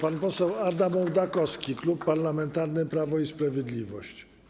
Pan poseł Adam Ołdakowski, Klub Parlamentarny Prawo i Sprawiedliwość.